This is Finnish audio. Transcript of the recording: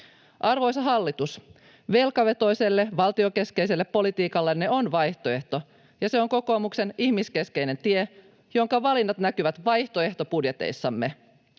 Arvoisa hallitus! Velkavetoiselle, valtiokeskeiselle politiikallenne on vaihtoehto, ja se on kokoomuksen ihmiskeskeinen tie, jonka valinnat näkyvät vaihtoehtobudjeteissamme.